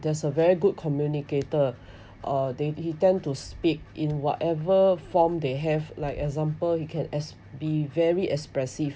there's a very good communicator uh they he tend to speak in whatever form they have like example he can as be very expressive